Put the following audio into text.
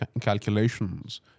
calculations